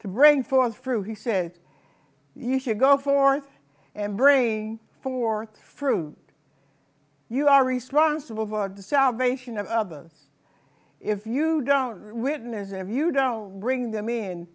to bring forth fruit he said you should go forth and bring forth fruit you are responsible for the salvation of others if you don't witness if you don't bring them in